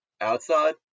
outside